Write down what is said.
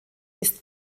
ist